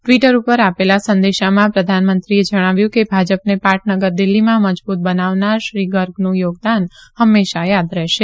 Twitter આપેલા સંદેશામાં પ્રધાનમંત્રીએ જણાવ્યું છે કે ભાજપને પાટનગર દિલ્ફીમાં મજબૂત બનાવનાર શ્રી ગર્ગનું યોગદાન હંમેશા યાદ રહેશે